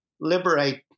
liberate